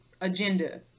agenda